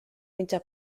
mitja